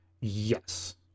Yes